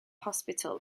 hospital